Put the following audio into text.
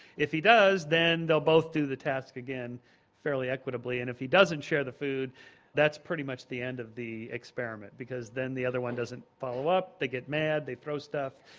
if he does then they'll both do the task again fairly equitably and if he doesn't share the food that's pretty much the end of the experiment because then the other one doesn't follow up, they get mad, they throw stuff.